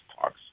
talks